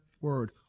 Word